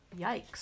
Yikes